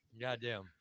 Goddamn